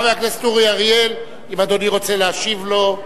חבר הכנסת אורי אריאל, אם אדוני רוצה להשיב לו,